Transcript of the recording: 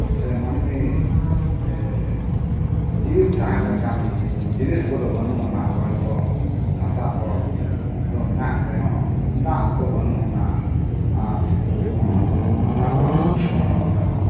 ᱥᱮ ᱢᱟᱹᱱᱢᱤ ᱡᱤᱣᱤᱫ ᱛᱟᱦᱮᱱ ᱞᱮᱠᱟᱱ ᱡᱤᱱᱤᱥ ᱠᱚᱫᱚ ᱵᱟᱹᱱᱩᱜ ᱟᱱᱟᱜ ᱦᱚᱭ ᱠᱚ ᱦᱟᱥᱟ ᱠᱚᱫᱚ ᱢᱮᱱᱟᱜ ᱨᱮᱦᱚᱸ ᱫᱟᱜ ᱠᱚ ᱵᱟᱹᱱᱩᱜ ᱟᱱᱟᱜ ᱟᱨ ᱥᱤᱛᱩᱝ ᱠᱚᱦᱚᱸ ᱚᱱᱠᱟ ᱫᱚ ᱵᱟᱹᱱᱩᱜ ᱟᱱᱟᱜ